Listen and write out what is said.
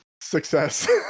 Success